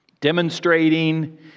demonstrating